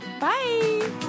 Bye